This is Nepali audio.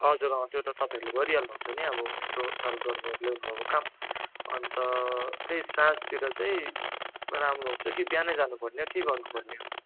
हजुर अँ त्यो त तपाईँहरूले गरिहाल्नु हुन्छ नि अब यत्रो साल गरेर ल्याउनुभएको काम अन्त त्यही साँझतिर चाहिँ राम्रो हुन्छ कि बिहानै जानुपर्ने हौ के गर्नुपर्ने हो